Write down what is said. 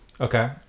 Okay